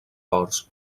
forts